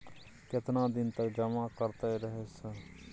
केतना दिन तक जमा करते रहे सर?